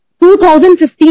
2015